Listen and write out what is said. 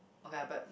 okay lah but